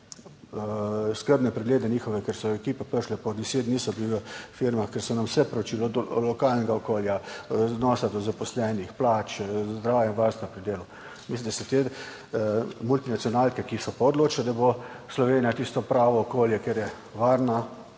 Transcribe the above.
skrbne preglede, njihove, ker so ekipe prišle po deset dni, so bili v firmah, ker so nam vse preučili, od lokalnega okolja, odnosa do zaposlenih, plač, zdravja in varstva pri delu. Mislim, da so te multinacionalke, ki so pa odločili, da bo Slovenija tisto pravo okolje, kjer je varna,